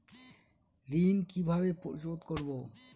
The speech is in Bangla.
ঋণ কিভাবে পরিশোধ করব?